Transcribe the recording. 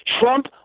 Trump